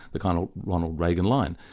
the kind of ronald reagan line.